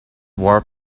warp